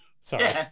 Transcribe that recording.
Sorry